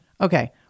Okay